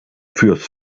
fürs